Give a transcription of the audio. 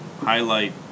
highlight